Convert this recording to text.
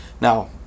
now